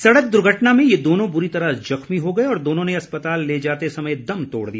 सड़क दुर्घटना में ये दोनों बुरी तरह जख्मी हो गए और दोनों ने अस्पताल ले जाते समय दम तोड़ दिया